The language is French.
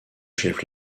chef